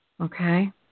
Okay